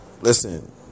listen